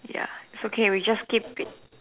ya it's okay we just keep it